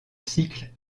cycle